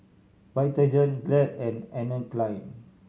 Vitagen Glad and Anne Klein